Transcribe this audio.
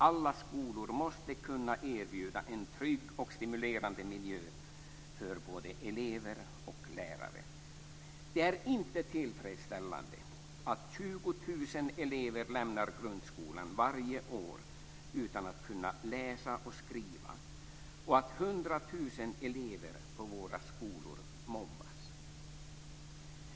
Alla skolor måste kunna erbjuda en trygg och stimulerande miljö för både elever och lärare. Det är inte tillfredsställande att 20 000 elever lämnar grundskolan varje år utan att kunna läsa och skriva och att 100 000 elever på våra skolor mobbas.